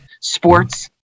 sports